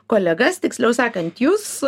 kolegas tiksliau sakant jus